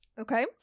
okay